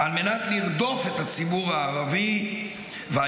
על מנת לרדוף את הציבור הערבי ואת